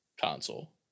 console